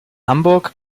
hamburg